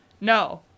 No